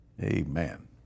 Amen